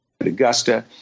Augusta